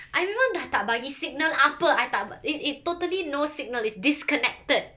I memang dah tak bagi signal apa I tak uh it it's totally no signal it's disconnected